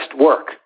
work